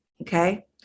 Okay